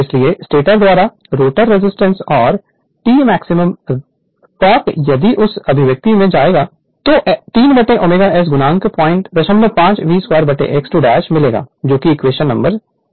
इसलिए स्टैटर द्वारा rotor resistance rotor reactor और t मैक्सिमम टोक़ यदि उस अभिव्यक्ति में लगाया जाता है तो 3ω S 05 V2x 2 मिलेगा इक्वेशन 37 है